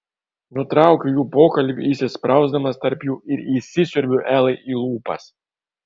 nutraukiu jų pokalbį įsisprausdamas tarp jų ir įsisiurbiu elai į lūpas